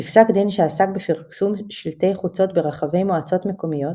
בפסק דין שעסק בפרסום שלטי חוצות ברחבי מועצות מקומיות,